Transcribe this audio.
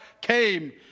came